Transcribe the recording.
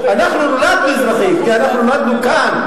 אזרחות, אנחנו נולדנו אזרחים כי אנחנו נולדנו כאן.